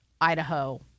Idaho